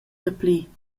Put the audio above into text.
dapli